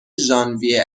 ژانویه